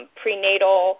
prenatal